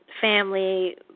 Family